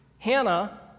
Hannah